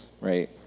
right